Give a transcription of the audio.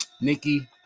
Nikki